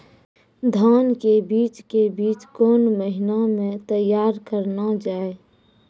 धान के बीज के बीच कौन महीना मैं तैयार करना जाए?